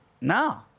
No